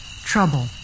trouble